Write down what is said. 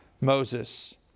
Moses